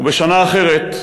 ובשנה אחרת,